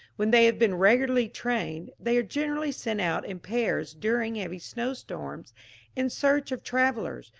when they have been regularly trained, they are generally sent out in pairs during heavy snow-storms in search of travellers,